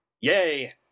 Yay